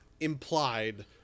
implied